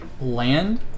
land